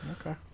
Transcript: Okay